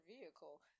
vehicle